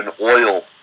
oil